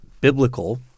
biblical